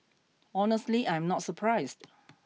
honestly I am not surprised